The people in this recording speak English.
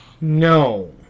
No